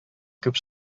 күп